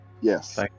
Yes